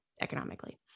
economically